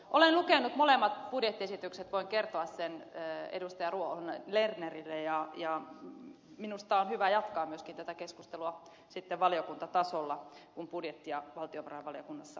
olen lukenut molemmat budjettiesitykset voin kertoa sen edustaja ruohonen lernerille ja minusta on hyvä jatkaa myöskin tätä keskustelua sitten valiokuntatasolla kun budjettia valtiovarainvaliokunnassa käsitellään